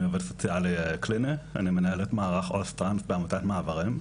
אני עובד סוציאלי קליני ואני מנהל את מערך עו"ס טרנס בעמותת מעברים.